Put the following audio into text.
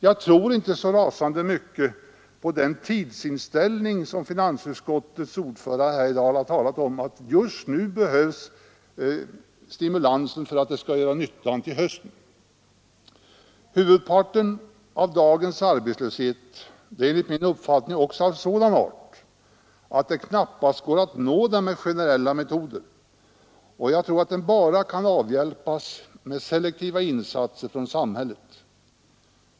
Jag tror inte så mycket på den tidsinställning som finansutskottets ordförande här i dag har talat för, att just nu behövs stimulansåtgärder för att de skall vara av nytta till hösten. Huvuddelen av dagens arbetslöshet är enligt min uppfattning av sådan art att den knappast går att nå med generella metoder. Jag tror att den bara kan avhjälpas med selektiva insatser från samhället.